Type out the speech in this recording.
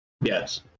Yes